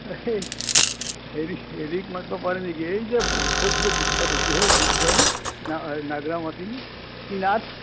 হেৰি হেৰিক মাতিব পাৰি নেকি এই যে খুব যে বিখ্যাত হৈছে সেই গীত গায় হেই নাগৰামতী কি নাথ